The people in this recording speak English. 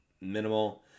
minimal